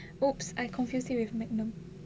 !oops! I confused it with magnum